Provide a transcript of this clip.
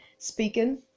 speaking